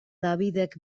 dabidek